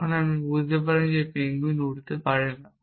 তখন আপনি বুঝতে পারেন যে পেঙ্গুইনরা উড়তে পারে না